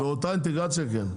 באותה אינטגרציה כן.